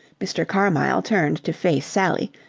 mr. carmyle turned to face sally,